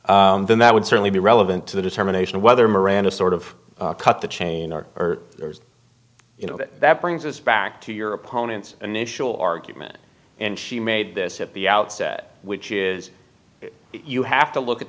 here then that would certainly be relevant to the determination of whether miranda sort of cut the chain or there's you know that that brings us back to your opponent's initial argument and she made this at the outset which is you have to look at